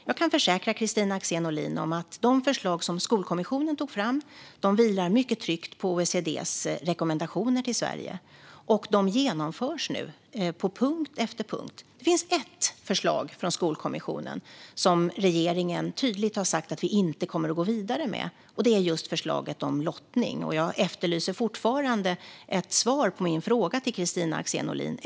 Jag kan försäkra Kristina Axén Olin att de förslag som Skolkommissionen tog fram vilar mycket tryggt på OECD:s rekommendationer till Sverige, och de genomförs nu på punkt efter punkt. Det finns ett förslag från Skolkommissionen som vi i regeringen tydligt har sagt att vi inte kommer att gå vidare med, och det är just förslaget om lottning. Jag efterlyser fortfarande ett svar på min fråga till Kristina Axén Olin.